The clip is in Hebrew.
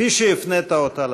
כפי שהפנית אותה